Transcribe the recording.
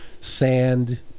sand